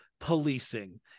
policing